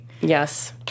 Yes